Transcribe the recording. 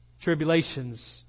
Tribulations